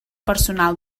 personal